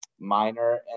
Minor